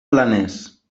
planes